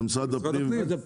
משרד הפנים?